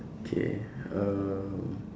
okay um